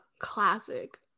Classic